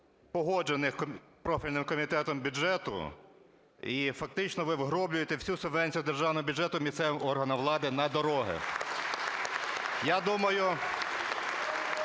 погоджених профільним комітетом бюджету, і, фактично, ви вгроблюєте всю субвенцію державного бюджету місцевим органам влади на дороги. Я думаю,